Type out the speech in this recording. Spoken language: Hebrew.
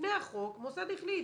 לפני החוק מוסד החליט,